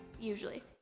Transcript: usually